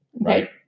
right